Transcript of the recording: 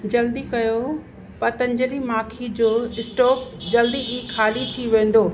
जल्दी कयो पतंजलि माखी जो स्टोक जल्द ई ख़ाली थी वेंदो